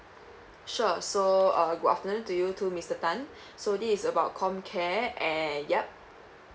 sure so uh good afternoon to you too mister tan so this about comcare and yup